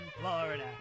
Florida